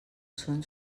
són